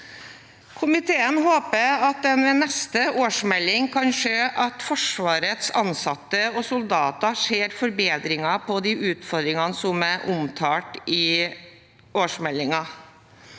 Komiteen håper en ved neste årsmelding kan se at Forsvarets ansatte og soldater ser forbedringer på de utfordringene som er omtalt i årsmeldingen.